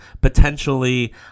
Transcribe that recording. potentially